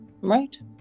Right